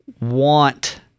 want